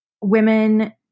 women